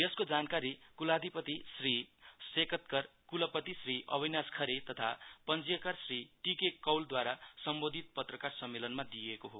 यसको जानकारी कुलाधिपती श्री सेकतकर कुलपती श्री अविनाश खरे तथा पञ्जीयकार श्री टि के कौलद्वारा सम्बोधित पत्रकार सम्मेलनमा दिइएको हो